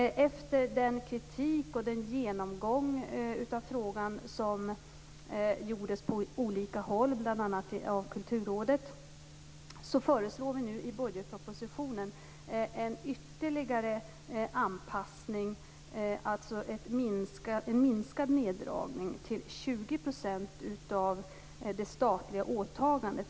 Efter den kritik som var och efter den genomgång av frågan som gjordes på olika håll, bl.a. av Kulturrådet, föreslår vi nu i budgetpropositionen en ytterligare anpassning, en neddragning till 20 % av det statliga åtagandet.